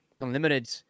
Unlimited